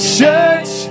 church